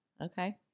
Okay